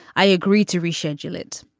i agreed to reschedule it.